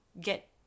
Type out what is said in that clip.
get